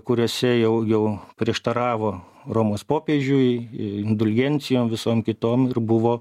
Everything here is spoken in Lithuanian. kuriuose jau jau prieštaravo romos popiežiui indulgencijom visom kitom ir buvo